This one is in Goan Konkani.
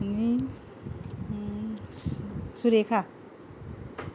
आनी सुरेखा